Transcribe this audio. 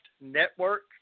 Network